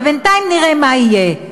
ובינתיים נראה מה יהיה.